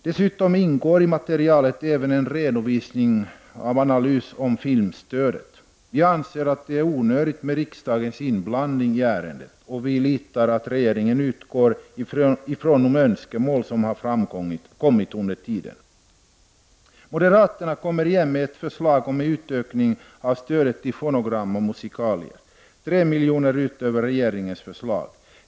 Dessutom ingår i materialet även en redovisning av en analys om filmstödet. Vi anser att det är onödigt med riksdagens inblanding i ärendet och vi litar på att regeringen utgår ifrån de önskemål som har framkommit under tiden. Moderaterna kommer igen med ett förslag om en ökning av stödet till fonogram och musikalier på 3 miljoner utöver regeringens förslag.